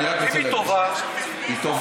אם היא טובה, היא טובה.